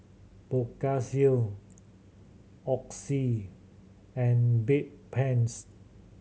Blephagel Oxy and Bedpans